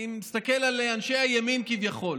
מסתכל על אנשי הימין כביכול